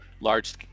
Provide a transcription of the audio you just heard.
large